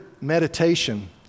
meditation